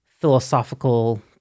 philosophical